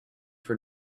for